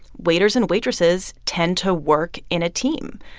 waiters and waitresses tend to work in a team.